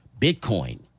Bitcoin